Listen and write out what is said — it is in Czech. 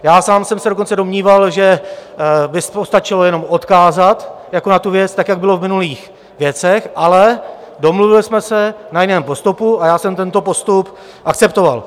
Já sám jsem se dokonce domníval, že by stačilo jenom odkázat na tu věc, tak jak bylo v minulých věcech, ale domluvili jsme se na jiném postupu a já jsem tento postup akceptoval.